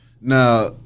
Now